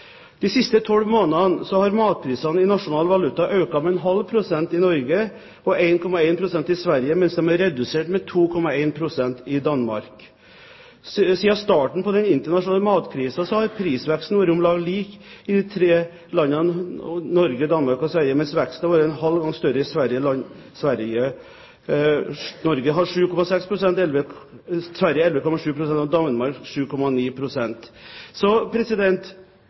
De siste tolv månedene har matprisene i nasjonal valuta økt med ½ pst. i Norge og 1,1 pst. i Sverige, mens de er redusert med 2,1 pst. i Danmark. Siden starten på den internasjonale matkrisen har prisveksten vært omtrent lik i de tre landene Norge, Danmark og Sverige, mens veksten har vært en halv gang større i Sverige. Norge har 7,6 pst., Sverige 11,7 pst, og Danmark 7,9 pst. Jeg tror at om vi ønsker det, er det umulig å unngå grensehandel. Det vil foreligge så